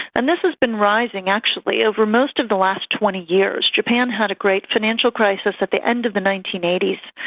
and this has been rising actually over most of the last twenty years. japan had a great financial crisis at the end of the nineteen eighty s,